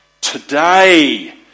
Today